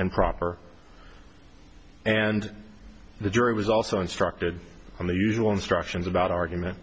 and proper and the jury was also instructed on the usual instructions about argument